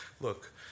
look